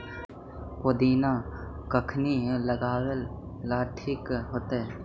पुदिना कखिनी लगावेला ठिक होतइ?